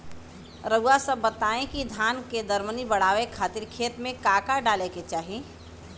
रउआ सभ बताई कि धान के दर मनी बड़ावे खातिर खेत में का का डाले के चाही?